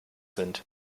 sind